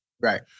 Right